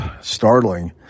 startling